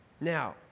Now